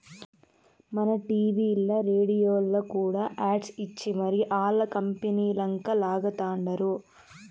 మన టీవీల్ల, రేడియోల్ల కూడా యాడ్స్ ఇచ్చి మరీ ఆల్ల కంపనీలంక లాగతండారు